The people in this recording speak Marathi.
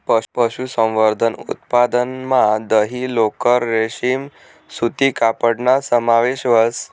पशुसंवर्धन उत्पादनमा दही, लोकर, रेशीम सूती कपडाना समावेश व्हस